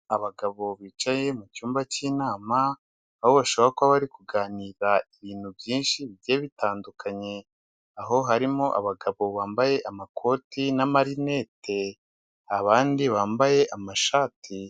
Abagabo bicaye mu cyumba cy'inama, aho bashobora kuba bari kuganira ibintu byinshi bigiye bitandukanye,, aho harimo abagabo bambaye amakoti na marinete abandi bambaye amashati.